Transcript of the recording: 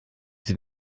sie